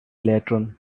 lantern